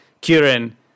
kieran